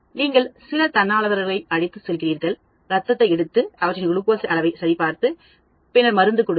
நீங்கள் சில தன்னார்வலர்களை அழைத்துச் செல்கிறீர்கள்அந்த இரத்தத்தை எடுத்து அவற்றின் குளுக்கோஸ் அளவை சரிபார்க்கவும் பின்னர் நீங்கள் அவர்களுக்கு மருந்து கொடுங்கள்